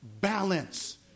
balance